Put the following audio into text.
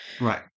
right